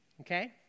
okay